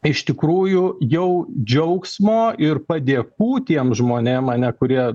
iš tikrųjų jau džiaugsmo ir padėkų tiems žmonėm ane kurie